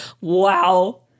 Wow